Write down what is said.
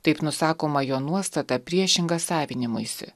taip nusakoma jo nuostata priešinga savinimuisi